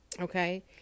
okay